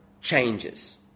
changes